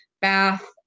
Bath